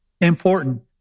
important